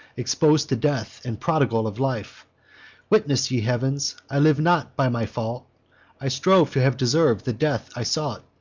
expos'd to death, and prodigal of life witness, ye heavens! i live not by my fault i strove to have deserv'd the death i sought.